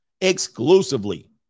exclusively